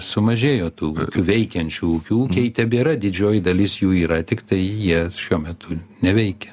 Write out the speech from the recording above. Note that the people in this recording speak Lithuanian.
sumažėjo tų veikiančių ūkių tebėra didžioji dalis jų yra tiktai jie šiuo metu neveikia